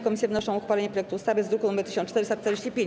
Komisje wnoszą o uchwalenie projektu ustawy z druku nr 1445.